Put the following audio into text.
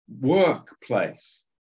Workplace